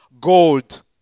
gold